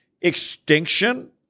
extinction